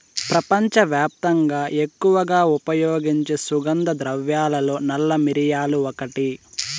ప్రపంచవ్యాప్తంగా ఎక్కువగా ఉపయోగించే సుగంధ ద్రవ్యాలలో నల్ల మిరియాలు ఒకటి